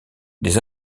des